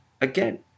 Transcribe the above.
again